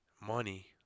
money